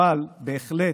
אבל בהחלט,